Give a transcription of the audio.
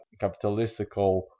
capitalistical